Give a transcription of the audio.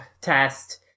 test